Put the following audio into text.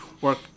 work